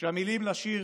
שהמילים לשיר